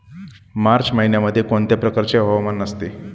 मार्च महिन्यामध्ये कोणत्या प्रकारचे हवामान असते?